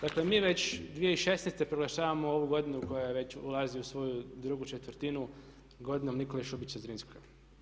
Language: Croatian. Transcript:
Dakle mi već 2016. proglašavamo ovu godinu koja već ulazi u svoju drugu četvrtinu godinom Nikole Šubića Zrinskog.